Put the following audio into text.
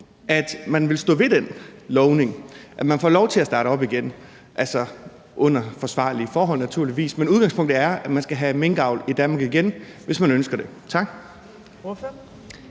at man vil stå ved den lovning, at de får lov til at starte op igen, altså naturligvis under forsvarlige forhold, men at udgangspunktet er, at man skal have minkavl i Danmark igen, hvis man ønsker det. Tak.